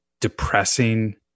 depressing